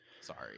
Sorry